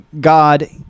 God